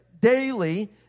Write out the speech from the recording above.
daily